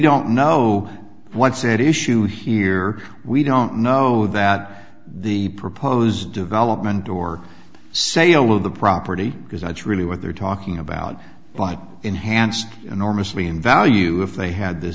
don't know what set issue here we don't know that the proposed development or sale of the property because that's really what they're talking about but enhanced enormously in value if they had th